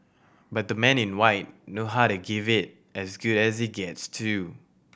but the Men in White know how to give it as good as it gets too